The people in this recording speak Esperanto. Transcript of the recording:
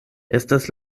estas